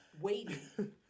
waiting